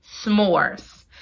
s'mores